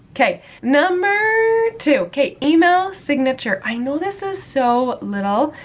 okay, number two, okay, email signature. i know this is so little,